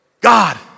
God